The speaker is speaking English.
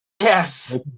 Yes